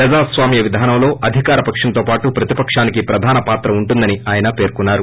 ప్రజాస్వామ్య విధానంలో అధికార పక్షంతో పాటు ప్రతిపశానికీ ప్రధాన పాత్ర ఉంటుందని ఆయన పేర్కొన్నారు